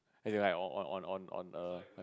as in like on on on on on a